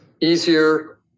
easier